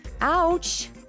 Ouch